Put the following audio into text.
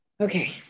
Okay